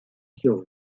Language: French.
sur